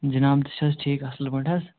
جِناب تُہۍ چھِ حظ ٹھیٖک اَصٕل پٲٹھۍ حظ